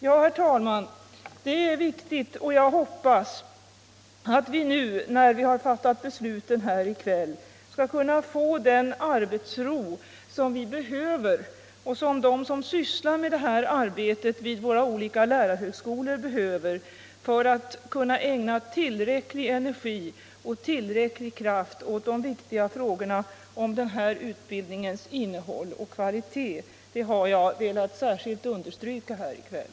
Jag hoppas att vi nu, när vi i kväll har fattat besluten, skall kunna få den arbetsro som vi behöver och som de som sysslar med detta arbete vid våra olika lärarhögskolor behöver för att kunna ägna tillräcklig energi och kraft åt de viktiga frågorna om denna utbildnings innehåll och kvalitet. Det har jag särskilt velat understryka här i kväll.